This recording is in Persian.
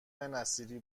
نصیری